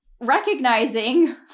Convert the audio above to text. recognizing